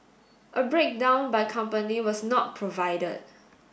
a breakdown by company was not provided